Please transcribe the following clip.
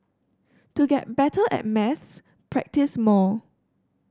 to get better at maths practise more